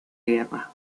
guerra